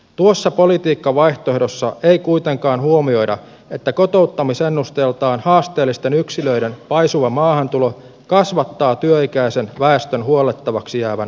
tuossa politiikkavaihtoehdossa ei kuitenkaan huomioida että kotouttamisennusteeltaan haasteellisten yksilöiden paisuva maahantulo kasvattaa työikäisen väestön huollettavaksi jäävän kansanosan suuruutta